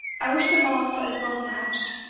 i wish them all as well matched.